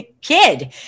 kid